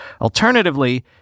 Alternatively